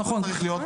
נכון.